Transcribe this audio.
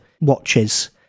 watches